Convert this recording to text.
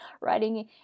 writing